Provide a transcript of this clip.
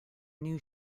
new